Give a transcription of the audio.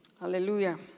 Hallelujah